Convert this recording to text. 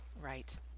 Right